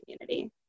community